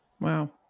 Wow